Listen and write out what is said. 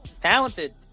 talented